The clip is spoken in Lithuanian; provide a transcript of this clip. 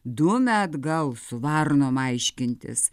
dumia atgal su varnom aiškintis